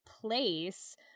place